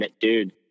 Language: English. dude